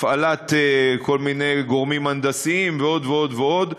הפעלת כל מיני גורמים הנדסיים ועוד ועוד ועוד,